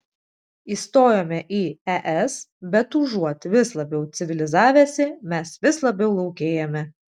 įstojome į es bet užuot vis labiau civilizavęsi mes vis labiau laukėjame